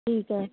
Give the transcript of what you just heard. ਠੀਕ ਹੈ